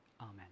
Amen